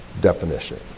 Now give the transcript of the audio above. definition